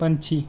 ਪੰਛੀ